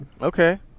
Okay